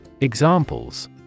Examples